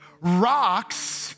Rocks